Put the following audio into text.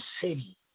city